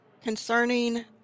concerning